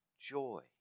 joy